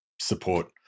support